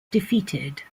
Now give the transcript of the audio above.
defeated